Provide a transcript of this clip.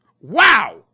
Wow